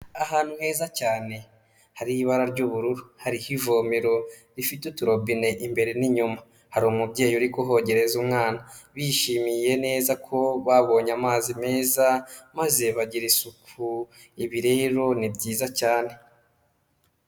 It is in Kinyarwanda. Ahantu heza cyane hari ibara ry'ubururu, hariho ivomero rifite uturobine imbere n'inyuma, hari umubyeyi uri kuhogereza umwana, bishimiye neza ko babonye amazi meza, maze bagira isuku, ibi rero ni byiza cyane.